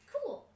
Cool